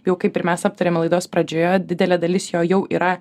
jau kaip ir mes aptarėm laidos pradžioje didelė dalis jo jau yra